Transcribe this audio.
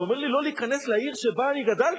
אתה אומר לי לא להיכנס לעיר שבה אני גדלתי?